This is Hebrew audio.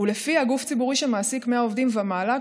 ולפיה גוף ציבורי שמעסיק 100 עובדים ומעלה,